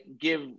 give